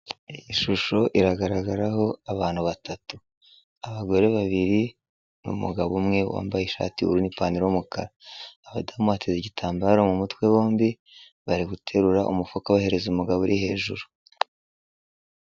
Ishusho iragaragaraho abantu batatu. Abagore babiri n'umugabo umwe wambaye ishati y'ubururu n'ipantaro y'umukara. Abadamu bateze igitambaro mu mutwe bombi bari guterura umufuka bawuhereza umugabo uri hejuru.